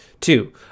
Two